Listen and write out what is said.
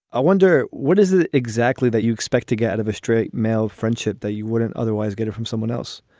i wonder, what is it exactly that you expect to get out of a straight male friendship that you wouldn't otherwise get it from someone else?